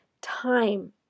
Time